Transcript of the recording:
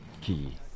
key